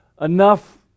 enough